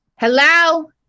Hello